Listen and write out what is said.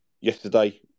yesterday